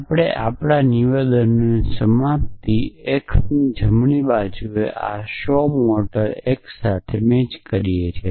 આપણે આપણાં નિવેદનની સમાપ્તિના x ની જમણી બાજુએ આ શો મોર્ટલ x સાથે મેચ કરીએ છીએ